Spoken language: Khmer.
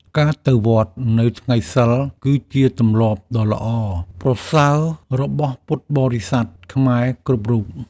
ការទៅវត្តនៅថ្ងៃសីល គឺជាទម្លាប់ដ៏ល្អប្រសើររបស់ពុទ្ធបរិស័ទខ្មែរគ្រប់រូប។